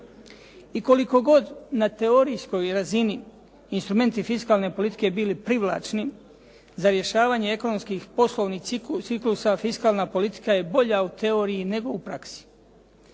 I koliko god na teorijskoj razini instrumenti fiskalne politike bili privlačni za rješavanje ekonomskih poslovnih ciklusa, fiskalna politika je bolja u teoriji nego u praksi.